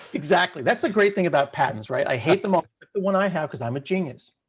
exactly. that's the great thing about patents, right? i hate them all, except the one i have, because i'm a genius.